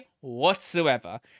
whatsoever